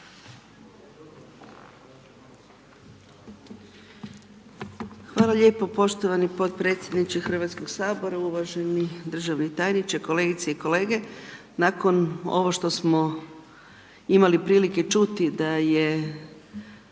Hvala lijepo poštovani potpredsjedniče HS-a, uvaženi državni tajniče, kolegice i kolege. Nakon ovo što smo imali prilike čuti da je